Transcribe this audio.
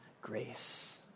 grace